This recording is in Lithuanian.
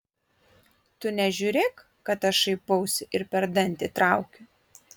tu nežiūrėk kad aš šaipausi ir per dantį traukiu